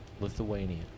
Lithuanian